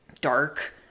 dark